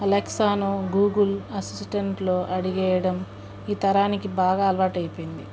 అలెక్సాను Google అసిస్టెంట్లో అడిగేయడం ఈ తరానికి బాగా అలవాటైపోయింది